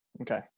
Okay